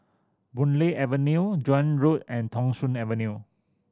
Boon Lay Avenue Joan Road and Thong Soon Avenue